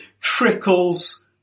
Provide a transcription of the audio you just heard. trickles